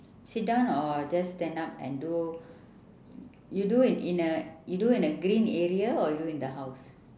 sit down or just stand up and do you do in in a you do in a green area or you do in the house